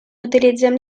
utilitzem